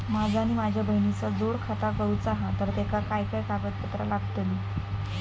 माझा आणि माझ्या बहिणीचा जोड खाता करूचा हा तर तेका काय काय कागदपत्र लागतली?